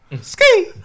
Ski